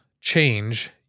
Change